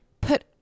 put